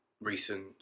recent